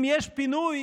אם יש פינוי,